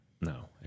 no